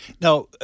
Now